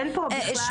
אין פה בכלל ויכוח.